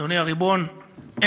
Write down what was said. אדוני הריבון,